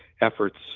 efforts